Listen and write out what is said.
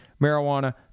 Marijuana